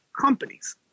companies